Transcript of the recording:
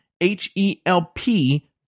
H-E-L-P